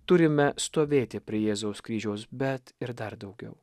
turime stovėti prie jėzaus kryžiaus bet ir dar daugiau